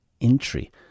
entry